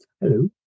Hello